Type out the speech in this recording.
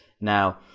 Now